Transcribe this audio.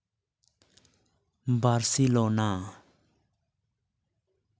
Barcelona